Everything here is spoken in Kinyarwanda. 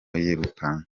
yirukanka